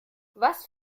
was